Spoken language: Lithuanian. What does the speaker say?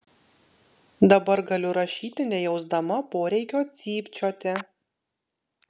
dabar galiu rašyti nejausdama poreikio cypčioti